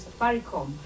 Safaricom